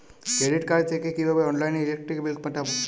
Credit card থেকে কিভাবে অনলাইনে ইলেকট্রিক বিল মেটাবো?